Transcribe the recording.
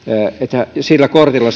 sillä kortilla